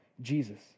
Jesus